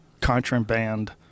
contraband